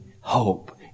hope